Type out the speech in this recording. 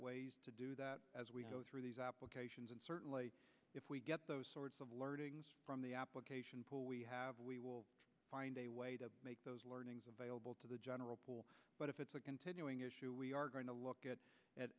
ways to do that as we go through these applications and certainly if we get those sorts of learning from the application pool we have we will find a way to make those learnings available to the general pool but if it's a continuing issue we are going to look at